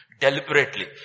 deliberately